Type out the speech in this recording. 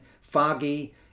foggy